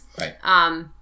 Right